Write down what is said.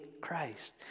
Christ